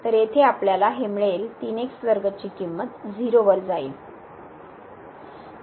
तर येथे आपल्याला हे मिळेल ची किंमत 0 वर जाईल